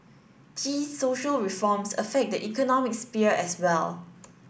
social reforms affect the economic sphere as well